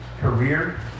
Career